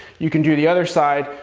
you can do the other side,